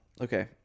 Okay